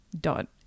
dot